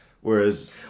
Whereas